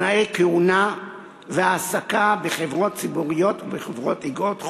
תנאי כהונה והעסקה בחברות ציבוריות ובחברות איגרות חוב),